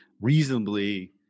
reasonably